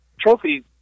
trophy